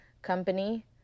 company